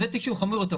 זה תיק חמור יותר,